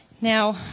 now